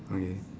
okay